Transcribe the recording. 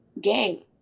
gang